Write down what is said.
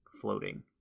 floating